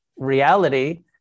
reality